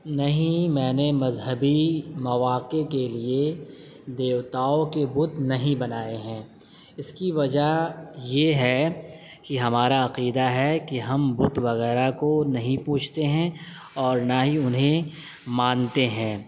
نہیں میں نے مذہبی مواقع کے لیے دیوتاؤں کے بت نہیں بناے ہیں اس کی وجہ یہ ہے کہ ہمارا عقیدہ ہے کہ ہم بت وغیرہ کو نہیں پوجتے ہیں اور نہ ہی انہیں مانتے ہیں